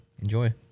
Enjoy